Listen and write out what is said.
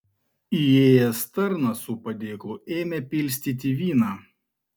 įėjęs tarnas su padėklu ėmė pilstyti vyną